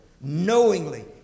knowingly